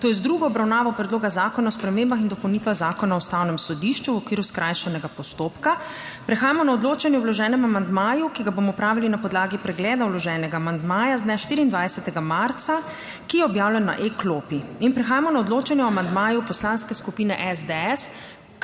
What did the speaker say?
to je z drugo obravnavo Predloga zakona o spremembah in dopolnitvah Zakona o Ustavnem sodišču v okviru skrajšanega postopka. Prehajamo na odločanje o vloženem amandmaju, ki ga bomo opravili na podlagi pregleda vloženega amandmaja z dne 24. marca, ki je objavljen na e-klopi. Prehajamo na odločanje o amandmaju Poslanske skupine SDS